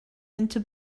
into